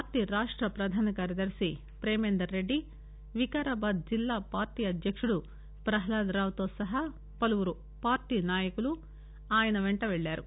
party రాష్ట్ర పధాన కార్యదర్శి పేమేందర్ రెడ్డి వికారాబాద్జిల్లా పార్టీ అధ్యక్షుడు పహ్లాద్రావు సహా పలువురు పార్టీ నాయకులు ఆయన వెంట వెళ్ళారు